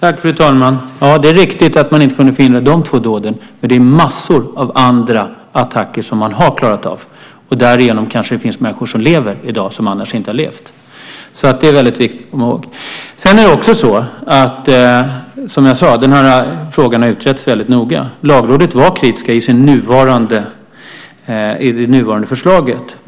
Fru talman! Det är riktigt att man inte kunde förhindra de två dåden. Men det är massor av andra attacker som man har klarat av, och därigenom kanske det finns människor som lever i dag som annars inte hade levt. Det är väldigt viktigt att komma ihåg. Som jag sade har den här frågan utretts väldigt noga. Lagrådet var också kritiskt till det nuvarande förslaget.